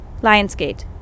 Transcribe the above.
Lionsgate